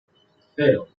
cero